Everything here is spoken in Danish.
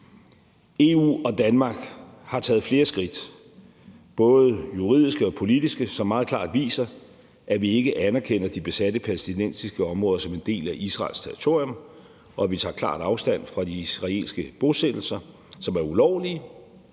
EU og Danmark har taget flere skridt, både juridiske og politiske, som meget klart viser, at vi ikke anerkender de besatte palæstinensiske områder som en del af Israels territorium, og at vi tager klart afstand fra de israelske bosættelser, som er ulovlige,